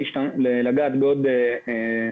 ---.